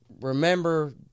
Remember